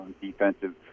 defensive